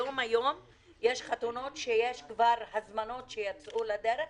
היום יש חתונות, יש כבר הזמנות שיצאו לדרך,